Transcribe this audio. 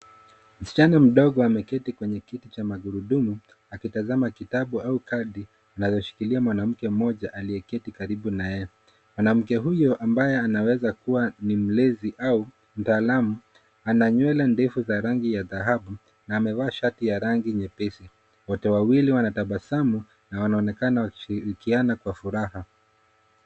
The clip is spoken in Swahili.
Msichana mdogo ameketi kwenye kiti cha magurudumu akitazama kitabu au kadi anayoshikilia mwanamke mmoja aliyeketi karibu na yeye. Mwanamke huyo ambaye anaweza kuwa ni mlezi au mtaalum, ana nywele ndefu za rangi ya dhahabu na amevaa shati ya rangi nyepesi. Wote wawili wanatabasamu na wanaonekana wakishirikiana kwa furaha.